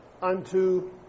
Unto